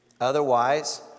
Otherwise